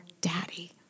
daddy